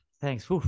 Thanks